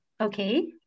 okay